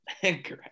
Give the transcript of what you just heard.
Correct